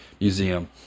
Museum